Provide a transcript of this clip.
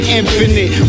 infinite